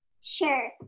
Sure